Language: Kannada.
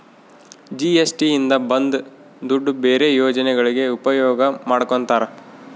ಜಿ.ಎಸ್.ಟಿ ಇಂದ ಬಂದ್ ದುಡ್ಡು ಬೇರೆ ಯೋಜನೆಗಳಿಗೆ ಉಪಯೋಗ ಮಾಡ್ಕೋತರ